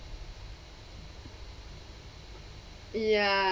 ya~